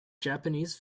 japanese